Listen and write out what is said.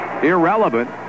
Irrelevant